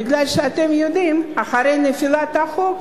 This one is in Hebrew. כי אתם בוודאי יודעים שחצי שנה אחרי נפילת הצעת החוק